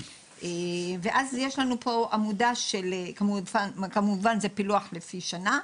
הפילוח הוא כמובן לפי שנה.